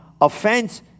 offense